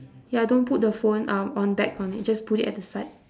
ya don't put the phone um on back on it just put it at the side